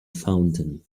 fountain